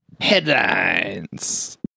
Headlines